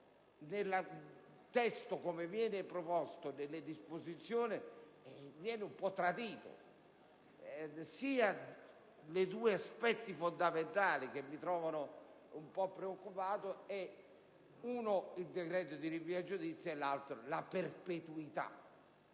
nel testo come viene proposto, nelle disposizioni, sono un po' traditi nei due aspetti fondamentali che mi trovano un po' preoccupato: il decreto di rinvio a giudizio e la perpetuità